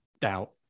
doubt